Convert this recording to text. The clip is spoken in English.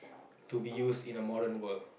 to be used in a modern world